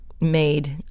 made